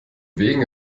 wegen